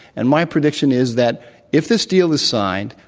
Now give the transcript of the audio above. and my prediction is that if this deal is signed,